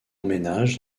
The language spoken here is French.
emménage